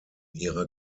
ihrer